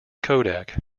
kodak